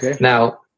Now